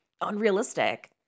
unrealistic